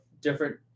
different